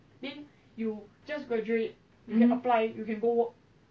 mmhmm